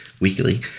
weekly